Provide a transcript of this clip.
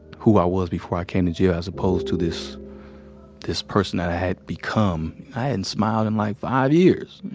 who i was before i came to jail as opposed to this this person that i had become. i hadn't and smiled in like five years.